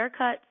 haircuts